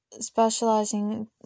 specializing